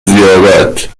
زیارت